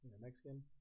Mexican